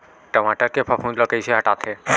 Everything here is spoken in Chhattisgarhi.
टमाटर के फफूंद ल कइसे हटाथे?